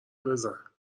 بزن